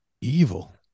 evil